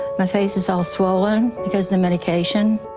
my face is all swollen because the medication.